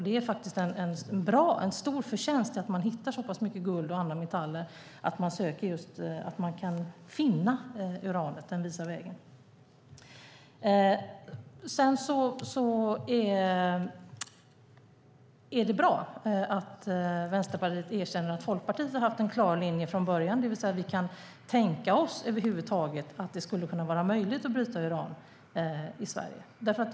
Det är en stor förtjänst att man hittar så pass mycket guld och andra metaller när uranet visar vägen. Det är bra att Vänsterpartiet erkänner att Folkpartiet har haft en klar linje från början. Vi kan tänka oss att det skulle kunna vara möjligt att bryta uran i Sverige.